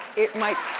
it might.